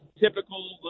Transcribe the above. Typical